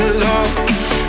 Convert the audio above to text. love